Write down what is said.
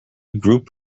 group